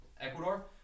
Ecuador